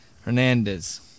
Hernandez